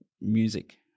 music